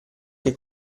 che